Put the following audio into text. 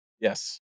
Yes